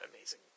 amazing